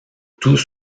tous